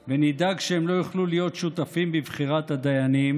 דתי ומסורתי שרוצה לעשות את זה טיפה יותר בצניעות,